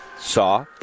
saw